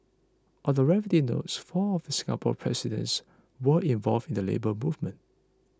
on the related note four of Singapore's presidents were involved in the Labour Movement